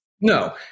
No